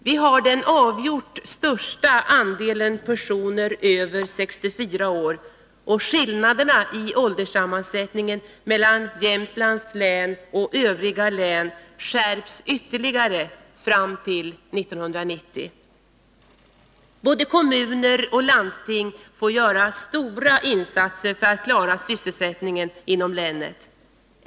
Vi har den avgjort största andelen personer över 64 år, och skillnaderna i ålderssammansättningen mellan Jämtlands län och övriga län skärps ytterligare fram till 1990. Både kommuner och landsting får göra stora insatser för att klara sysselsättningen inom länet.